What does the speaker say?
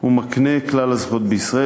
ומקנה את כלל הזכויות בישראל,